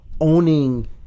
owning